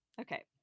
Okay